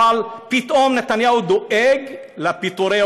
אבל פתאום נתניהו דואג לפיטורי עובדים.